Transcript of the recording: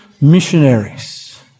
missionaries